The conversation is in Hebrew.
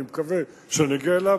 אני מקווה שנגיע אליו,